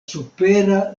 supera